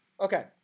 Okay